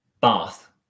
Bath